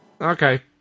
Okay